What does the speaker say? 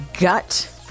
gut